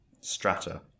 strata